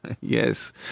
Yes